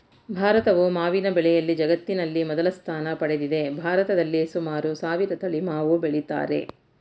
ಭಾರತವು ಮಾವಿನ ಬೆಳೆಯಲ್ಲಿ ಜಗತ್ತಿನಲ್ಲಿ ಮೊದಲ ಸ್ಥಾನ ಪಡೆದಿದೆ ಭಾರತದಲ್ಲಿ ಸುಮಾರು ಸಾವಿರ ತಳಿ ಮಾವು ಬೆಳಿತಾರೆ